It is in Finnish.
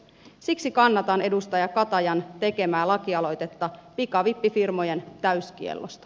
siksi kannatan edustaja katajan tekemää lakialoitetta pikavippifirmojen täyskiellosta